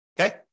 okay